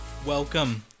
Welcome